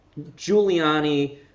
Giuliani